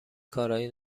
کارای